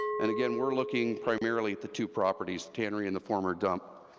and again, we're looking primarily at the two properties, tannery and the former dump.